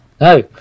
No